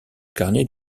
carnet